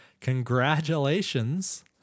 congratulations